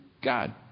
God